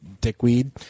dickweed